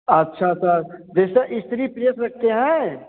अच्छा सर जैसे इस्त्री प्रेस रखते हैं